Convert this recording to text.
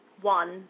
one